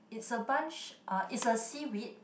it's a bunch uh it's a seaweed